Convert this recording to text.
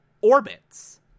orbits